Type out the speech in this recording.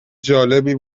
جالبی